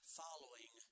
following